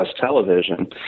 television